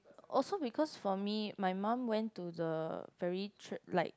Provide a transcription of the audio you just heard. also because for me my mum went to the very like